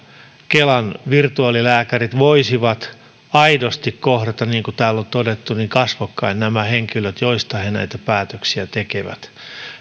kelan virtuaalilääkärit voisivat aidosti kohdata niin kuin täällä on todettu kasvokkain nämä henkilöt joista he näitä päätöksiä tekevät